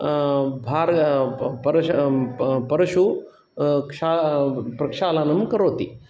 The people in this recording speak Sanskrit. भार् परशुराम परशु क्षा प्रक्षालनं करोति